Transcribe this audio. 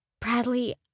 Bradley